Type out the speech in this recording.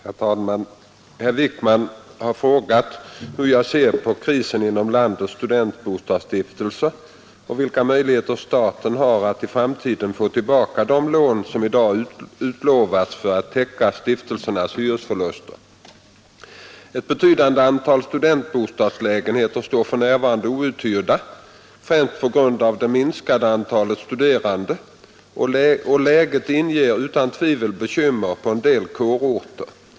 Herr talman! Herr Wijkman har frågat mig hur jag ser på krisen inom landets studentbostadsstiftelser och vilka möjligheter staten har att i framtiden få tillbaka de lån som i dag utlovats för att täcka stiftelsernas hyresförluster. Ett betydande antal studentbostadslägenheter står för närvarande outhyrda främst på grund av det minskade antalet studerande, och läget inger utan tvivel bekymmer på en del kårorter.